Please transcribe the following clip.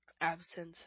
absence